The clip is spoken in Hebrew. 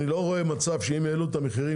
אני לא רואה מצב שאם העלו את המחירים